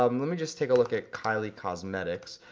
um let me just take a look at kylie cosmetics,